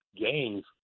gains